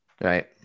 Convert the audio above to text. Right